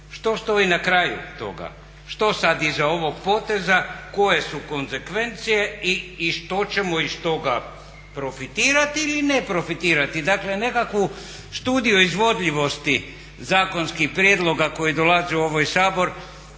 što stoji na kraju toga, što sad iza ovog poteza, koje su konzekvence i što ćemo iz toga profitirati ili ne profitirati. Dakle, nekakvu studiju izvodljivosti zakonskih prijedloga koji dolaze u ovaj Sabor